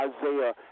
Isaiah